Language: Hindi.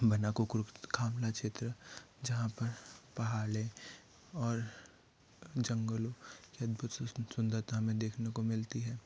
कामना क्षेत्र जहाँ पर पहले और जंगलों के अद्भुत सुंदरता हमें देखने को मिलती है